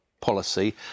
policy